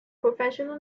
professional